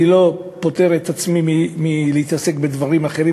אני לא פוטר את עצמי מלהתעסק בדברים אחרים,